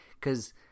Cause